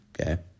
Okay